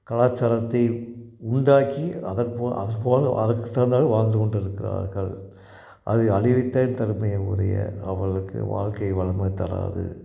கலாச்சாரத்தை உண்டாக்கி அதன் போ அதுபோல் அதுக்கு தகுந்த மாதிரி வாழ்ந்து கொண்டு இருக்கிறார்கள் அது அழிவைத்தான் தருமே ஒழிய அவர்களுக்கு வாழ்க்கை வளமே தராது